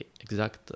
exact